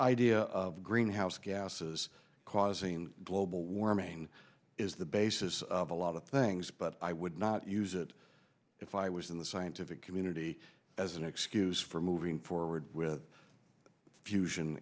idea of greenhouse gases causing global warming is the basis of a lot of things but i would not use it if i was in the scientific community as an excuse for moving forward with fusion